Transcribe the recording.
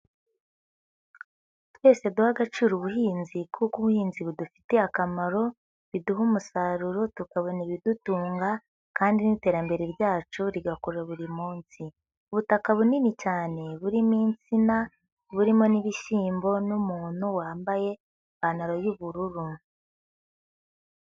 Twese duhe agaciro ubuhinzi kuko ubuhinzi budufitiye akamaro, biduha umusaruro tukabona ibidutunga, kandi n'iterambere ryacu rigakura buri munsi. Ubutaka bunini cyane burimo insina, burimo n'ibishyimbo n'umuntu wambaye ipantaro y'ubururu.